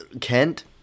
Kent